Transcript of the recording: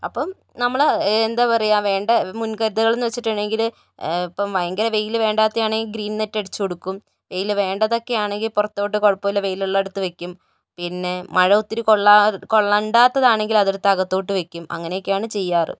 അപ്പോൾ നമ്മൾ എന്താ പറയുക വേണ്ട മുന്കരുതലുകളെന്ന് വെച്ചിട്ടുണ്ടെങ്കിൽ ഇപ്പോൾ ഭയങ്കര വെയിൽ വേണ്ടാത്ത ആണെങ്കിൽ ഗ്രീന് നെറ്റ് അടിച്ചു കൊടുക്കും വെയിൽ വേണ്ടതൊക്കെ ആണെങ്കിൽ പുറത്തോട്ടു കുഴപ്പമില്ല വെയിലുളളിടത്ത് വയ്ക്കും പിന്നെ മഴ ഒത്തിരി കൊള്ളാ കൊള്ളേണ്ടാത്തതാണെങ്കിൽ അതെടുത്ത് അകത്തോട്ടു വയ്ക്കും അങ്ങനെയൊക്കെയാണ് ചെയ്യാറ്